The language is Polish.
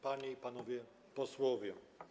Panie i Panowie Posłowie!